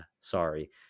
sorry